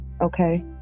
Okay